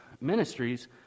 ministries